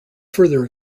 further